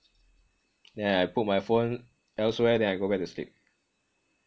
then I put my phone elsewhere then I go back to sleep